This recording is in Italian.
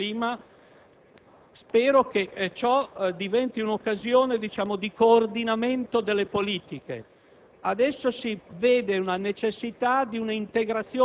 Credo però che in questa direzione bisogna accelerare. Apprezzo anch'io l'annuncio fatto dal ministro Pecoraro Scanio di una Conferenza nazionale sul clima.